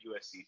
USC